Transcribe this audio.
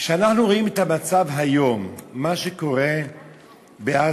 כשאנחנו רואים את המצב היום, מה שקורה בעזה,